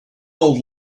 old